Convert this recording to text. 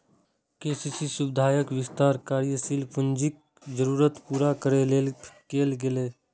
KCC सुविधाक विस्तार कार्यशील पूंजीक जरूरत पूरा करै लेल कैल गेलै